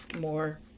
more